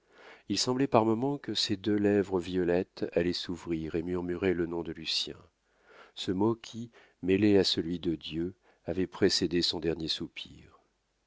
il semblait par moments que ces deux lèvres violettes allaient s'ouvrir et murmurer le nom de lucien ce mot qui mêlé à celui de dieu avait précédé son dernier soupir